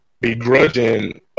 begrudging